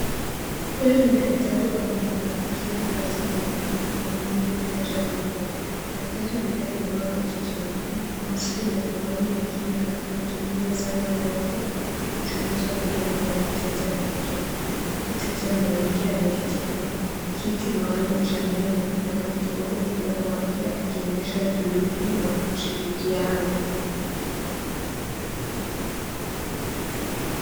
Huyu ni daktari wa meno akiwa kazini akimhudumia mteja wake , Daktari ambaye amevaa koti eupe maski na miwani ya kinga anatumia zana ndogo kuchunguza mteja wake , mteja mwanamke ameketi kwenye kiti maalum cha meno na amefungua mdomo wake akionyesha utulivu na ushirikiano .